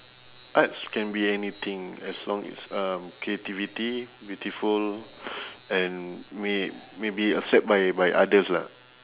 arts can be anything as long it's um creativity beautiful and may may be accept by by others lah